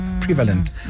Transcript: prevalent